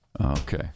Okay